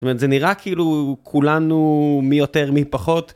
זאת אומרת זה נראה כאילו כולנו מי יותר מי פחות.